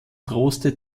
droste